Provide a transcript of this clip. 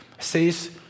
says